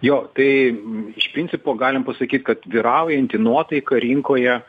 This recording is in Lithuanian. jo tai iš principo galim pasakyt kad vyraujanti nuotaika rinkoje